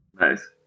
nice